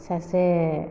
सासे